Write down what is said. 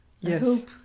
Yes